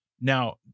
now